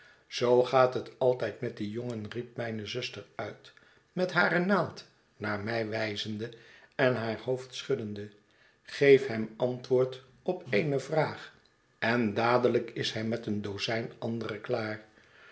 zoo gaat het altijd met dien jongen riep mijne zuster uit met hare naald naar mij wijzende en haar hoofd schuddende geef hem antwoord op eene vraag en dadelijkis hij met een dozijn andere klaar